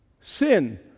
sin